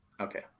Okay